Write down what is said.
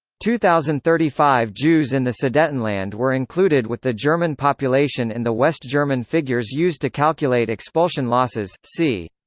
two thousand and thirty five jews in the sudetenland were included with the german population in the west german figures used to calculate expulsion losses c.